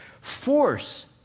force